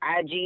IG